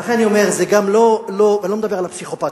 אני לא מדבר על הפסיכופתים,